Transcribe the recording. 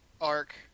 arc